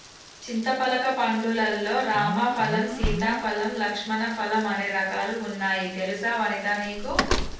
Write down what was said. చింతపలక పండ్లు లల్లో రామ ఫలం, సీతా ఫలం, లక్ష్మణ ఫలం అనే రకాలు వున్నాయి తెలుసా వనితా నీకు